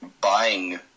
buying